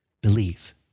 believe